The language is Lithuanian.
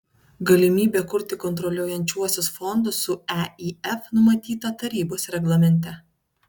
galimybė kurti kontroliuojančiuosius fondus su eif numatyta tarybos reglamente